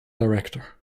director